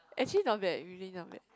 actually not bad really not bad